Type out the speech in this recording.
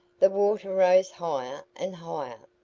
the water rose higher and higher.